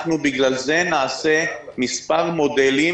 בגלל זה נעשה מספר מודלים